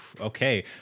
Okay